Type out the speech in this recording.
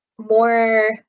more